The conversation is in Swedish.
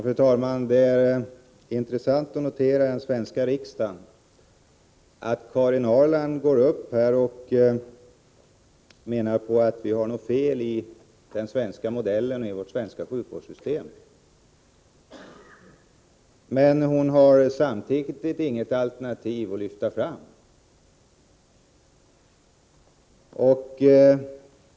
Fru talman! Det är intressant att notera här i Sveriges riksdag att Karin Ahrland menar att det är något fel i den svenska modellen för vårt svenska sjukvårdssystem. Men hon har samtidigt inget alternativ att lyfta fram.